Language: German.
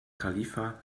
khalifa